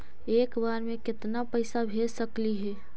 एक बार मे केतना पैसा भेज सकली हे?